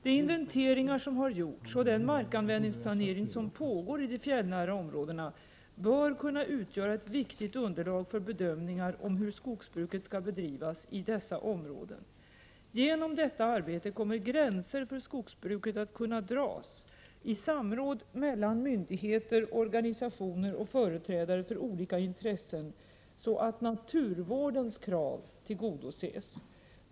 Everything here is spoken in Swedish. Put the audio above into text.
De inventeringar som har gjorts och den markanvändningsplanering som pågår i de fjällnära områdena bör kunna utgöra ett viktigt underlag för bedömningar om hur skogsbruket skall bedrivas i dessa områden. Genom detta arbete kommer gränser för skogsbruket att kunna dras i samråd mellan myndigheter, organisationer och företrädare för olika intressen så att naturvårdens krav tillgodoses.